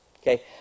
Okay